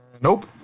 Nope